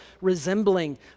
resembling